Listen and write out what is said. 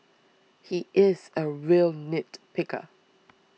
he is a real nitpicker